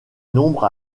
nombre